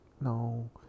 No